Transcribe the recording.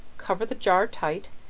cover the jar tight,